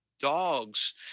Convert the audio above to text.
dogs